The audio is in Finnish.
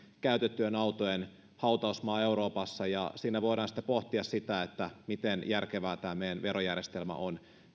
käytettyjen autojen hautausmaa euroopassa ja siinä voidaan sitten pohtia sitä miten järkevä tämä meidän verojärjestelmämme on